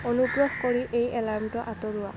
অনুগ্ৰহ কৰি এই এলাৰ্মটো আঁতৰোৱা